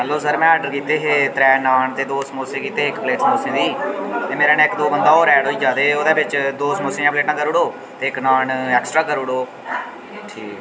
hello sir में order कीते हे त्रै नान ते दो समोसे कीते हे इक प्लेट समोसे दी ते मेरे नै इक दही बड़ा होर ऐड होई गेआ ते ओह्दे बिच्च दो समोसे दियां प्लेटां करी ओड़ो ते इक नान ऐक्स्ट्रा करी ओड़ो ठीक